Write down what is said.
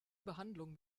behandlung